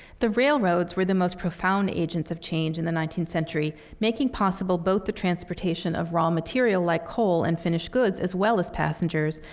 the railroads were the most profound agents of change in the nineteenth century, making possible both the transportation of raw material, like coal and finished goods, as well as passengers,